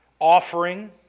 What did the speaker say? offering